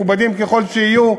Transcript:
מכובדים ככל שיהיו,